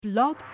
Blog